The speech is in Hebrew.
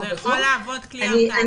זה יכול להוות כלי הרתעה.